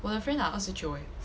我的 friend 拿二十九 eh